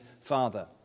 Father